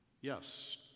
Yes